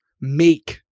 make